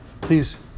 please